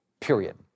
period